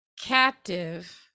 captive